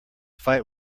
fight